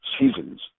seasons